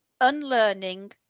unlearning